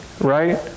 right